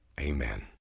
Amen